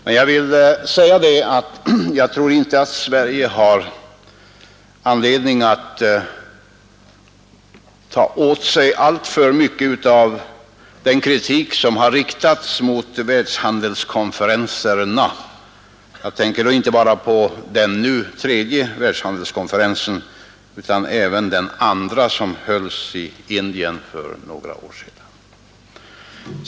Men jag vill säga att jag inte tror att Sverige har anledning att ta åt sig alltför mycket av den kritik som riktats mot världshandelskonferenserna. Jag tänker då inte bara på den nu pågående tredje världshandelskonferensen utan även på den andra som hölls i Indien för några år sedan.